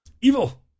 Evil